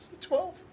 Twelve